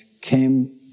came